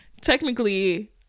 Technically